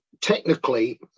technically